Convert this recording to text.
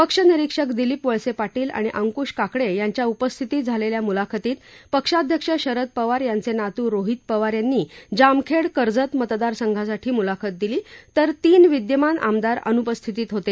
पक्ष निरीक्षक दिलीप वळसे पाटील आणि अंकृश काकडे यांच्या उपस्थितीत झालेल्या मुलाखतीत पक्षाध्यक्ष शरद पवार यांचे नातू रोहित पवार यांनी जामखेड कर्जत मतदारसंघासाठी मुलाखत दिली तर तीन विद्यमान आमदार अनुपस्थित होते